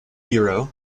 biro